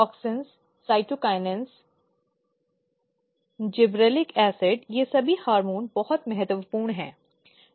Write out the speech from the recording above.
auxin cytokinin gibberellic acid ये सभी hormone बहुत महत्वपूर्ण हैं